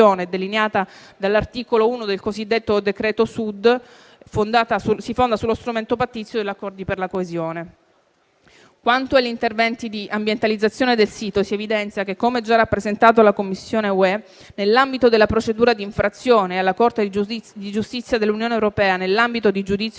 delineata dall'articolo 1 del cosiddetto decreto Sud, si fonda sullo strumento pattizio degli accordi per la coesione. Quanto all'intervento di ambientalizzazione del sito si evidenzia che - come già rappresentato alla Commissione UE - nell'ambito della procedura di infrazione alla Corte di giustizia dell'Unione europea, nell'ambito di giudizio